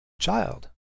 child